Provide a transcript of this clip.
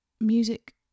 Music